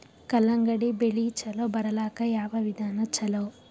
ಕಲ್ಲಂಗಡಿ ಬೆಳಿ ಚಲೋ ಬರಲಾಕ ಯಾವ ವಿಧಾನ ಚಲೋ?